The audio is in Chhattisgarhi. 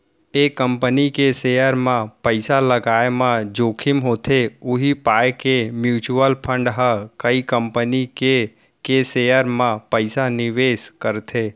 एक कंपनी के सेयर म पइसा लगाय म जोखिम होथे उही पाय के म्युचुअल फंड ह कई कंपनी के के सेयर म पइसा निवेस करथे